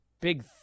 big